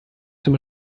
zum